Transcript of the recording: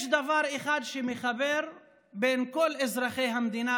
יש דבר אחד שמחבר בין כל אזרחי המדינה,